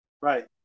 Right